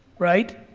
right,